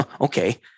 Okay